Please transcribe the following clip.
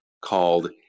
called